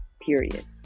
Period